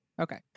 Okay